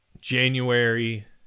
January